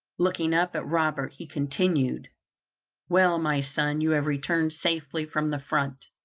looking up at robert, he continued well, my son, you have returned safely from the front.